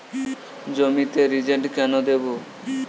জমিতে রিজেন্ট কেন দেবো?